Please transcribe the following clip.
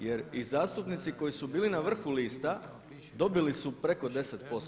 Jer i zastupnici koji su bili na vrhu lista dobili su preko 10%